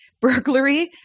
Burglary